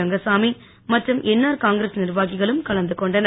ரங்கசாமி மற்றும் NR Congress நிர்வாகிகளும் கலந்து கொண்டனர்